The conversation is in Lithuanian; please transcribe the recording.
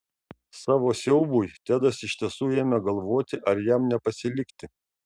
savo siaubui tedas iš tiesų ėmė galvoti ar jam nepasilikti